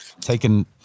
taking